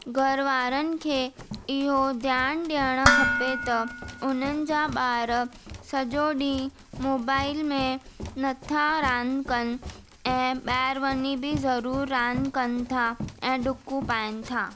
घरु वारनि खे इहो ध्यानु ॾियणु खपे त उन्हनि जा ॿार सॼो ॾींहुं मोबाइल में न था रांदि कनि ऐं ॿाहिरि वञी बि ज़रूरु रांदि कनि था ऐं डुकूं पाइनि था